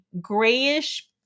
grayish